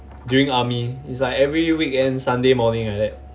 during army it's like every weekend sunday morning like that